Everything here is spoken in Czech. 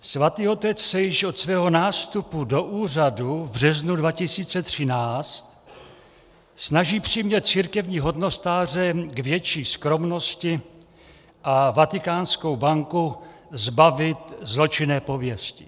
Svatý otec se již od svého nástupu do úřadu v březnu 2013 snaží přimět církevní hodnostáře k větší skromnosti a Vatikánskou banku zbavit zločinné pověsti.